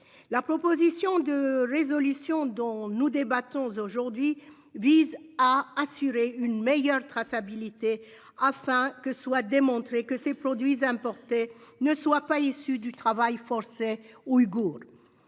La proposition de résolution dont nous débattons aujourd'hui vise à assurer une meilleure traçabilité, afin qu'il soit démontré que ces produits importés ne sont pas issus du travail forcé ouïghour